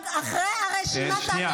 את צודקת,